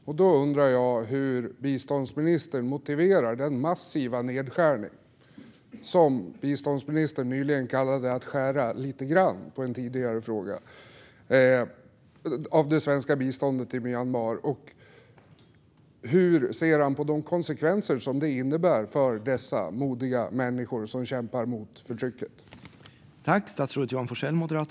Därför undrar jag hur biståndsministern motiverar den massiva nedskärningen - som han som svar på en tidigare fråga kallade att skära ned lite grann - av biståndet till Myanmar och hur han ser på konsekvenserna som det innebär för dessa modiga människor som kämpar mot förtrycket.